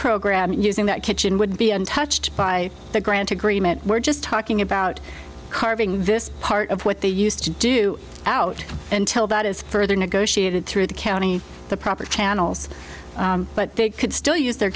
program using that kitchen would be untouched by the grant agreement we're just talking about carving this part of what they used to do out until that is further negotiated through the county the proper channels but they could still use their